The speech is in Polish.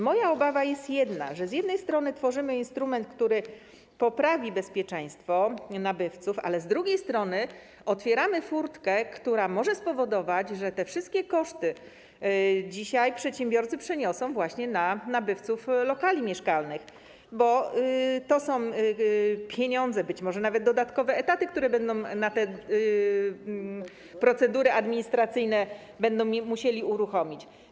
Moja obawa jest jedna: z jednej strony tworzymy instrument, który poprawi bezpieczeństwo nabywców, ale z drugiej strony otwieramy furtkę, która może spowodować, że dzisiaj te wszystkie koszty przedsiębiorcy przeniosą właśnie na nabywców lokali mieszkalnych, bo to są pieniądze, być może nawet dodatkowe etaty, które w związku z procedurami administracyjnymi będą musieli uruchomić.